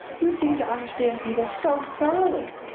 you seem to understand people so thoroughly.